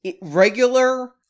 regular